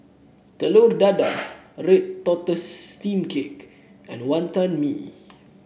Telur Dadah Red Tortoise Steamed Cake and Wonton Mee